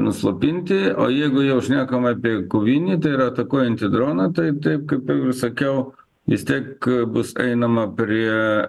nuslopinti o jeigu jau šnekamaapie kovinį ir atakuojantį droną tai taip kaip ir sakiau vis tiek bus einama prie